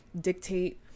dictate